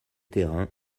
terrains